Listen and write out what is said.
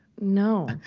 No